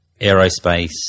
aerospace